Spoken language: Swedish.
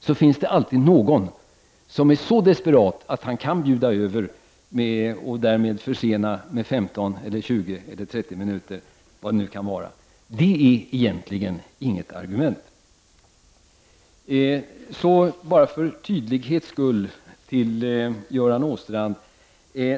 Det finns alltid någon som är så desperat att han kan bjuda över och därmed åstadkomma denna försening med 15, 20 eller 30 minuter i de nationella företagens sändningar. Det är egentligen inget argument. För tydlighets skull vill jag säga följande till Göran Åstrand.